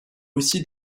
aussi